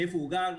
איפה הוא גר,